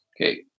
Okay